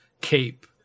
cape